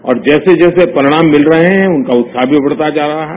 और जैसे जैसे परिणाम मिल रहे हैं उनका उत्साह मी बढ़ता जा रहा है